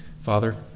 Father